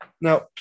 Now